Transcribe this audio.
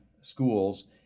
schools